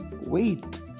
wait